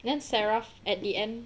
ya saraf at the end